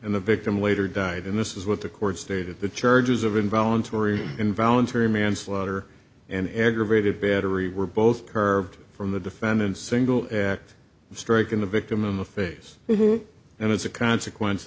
and the victim later died and this is what the court stated the charges of involuntary involuntary manslaughter and aggravated battery were both curved from the defendant's single act of striking the victim in the face and as a consequence